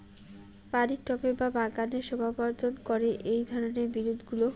বাড়ির টবে বা বাগানের শোভাবর্ধন করে এই ধরণের বিরুৎগুলো